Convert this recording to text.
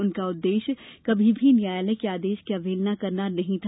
उनका उद्देश्य कमी भी न्यायालय के आदेश की अवहेलना करना नहीं था